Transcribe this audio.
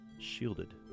Shielded